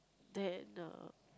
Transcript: then uh